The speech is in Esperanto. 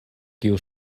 kiu